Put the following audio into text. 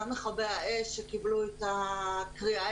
גם מכבי האש שקיבלו את הקריאה,